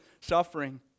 suffering